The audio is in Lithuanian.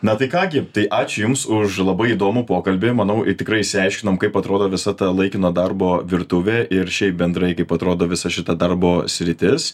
na tai ką gi tai ačiū jums už labai įdomų pokalbį manau tikrai išsiaiškinom kaip atrodo visa ta laikino darbo virtuvė ir šiaip bendrai kaip atrodo visa šita darbo sritis